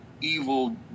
evil